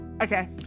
Okay